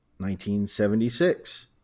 1976